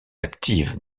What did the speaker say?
active